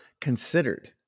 considered